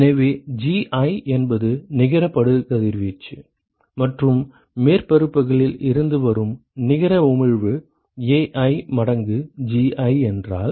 எனவே Gi என்பது நிகர படுகதிர்வீச்சு மற்றும் மேற்பரப்புகளில் இருந்து வரும் நிகர உமிழ்வு Ai மடங்கு Gi என்றால்